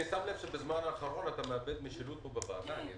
אני שם לב שבזמן האחרון אתה מאבד משילות בוועדה.